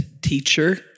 teacher